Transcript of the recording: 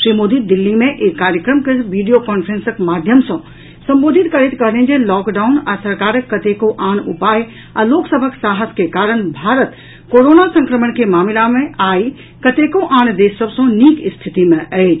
श्री मोदी दिल्ली मे एक कार्यक्रम के वीडियो कांफ्रेंसक माध्यम सँ संबोधित करैत कहलनि जे लॉकडाउन आ सरकारक कतेको आन उपाय आ लोक सभक साहस के कारण भारत कोरोना संक्रमण के मामिला मे आई कतेको आन देश सभ सँ नीक स्थिति मे अछि